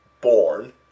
born